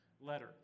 letter